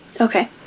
Okay